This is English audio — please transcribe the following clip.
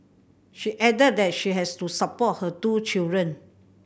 she added that she has to support her two children